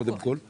קודם כל.